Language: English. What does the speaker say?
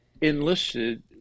enlisted